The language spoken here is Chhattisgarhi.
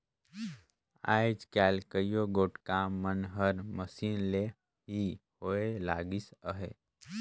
आएज काएल कइयो गोट काम मन हर मसीन ले ही होए लगिस अहे